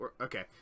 okay